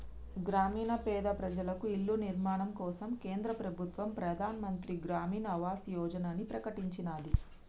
గ్రామీణ పేద ప్రజలకు ఇళ్ల నిర్మాణం కోసం కేంద్ర ప్రభుత్వం ప్రధాన్ మంత్రి గ్రామీన్ ఆవాస్ యోజనని ప్రకటించినాది